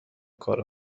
کارو